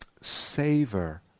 savor